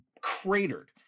cratered